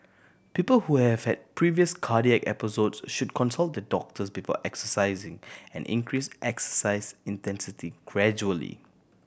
people who have had previous cardiac episodes should consult the doctors before exercising and increase exercise intensity gradually